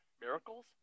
Miracles